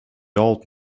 old